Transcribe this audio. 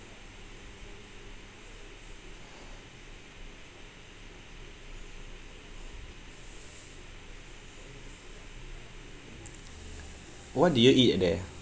what did you eat at there